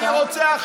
אני רוצה עכשיו.